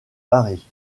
paris